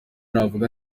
navuga